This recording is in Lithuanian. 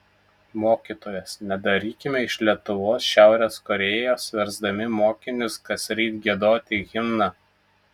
mokytojas nedarykime iš lietuvos šiaurės korėjos versdami mokinius kasryt giedoti himną